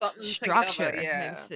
structure